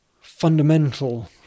fundamental